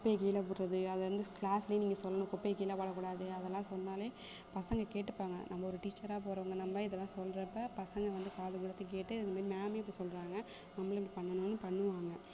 குப்பையை கீழ போடுறது அதை வந்து கிளாஸ்ல நீங்கள் சொல்லணும் குப்பையை கீழ போடக்கூடாது அதெல்லாம் சொன்னாலே பசங்க கேட்டுப்பாங்க நம்ப ஒரு டீச்சராக போறவங்க நம்ப இதெல்லாம் சொல்றப்போ பசங்க வந்து காது கொடுத்து கேட்டு இது மாரி மேம்மே இப்படி சொல்லுறாங்க நம்பளும் இப்படி பண்ணணுன்னு பண்ணுவாங்க